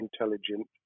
intelligent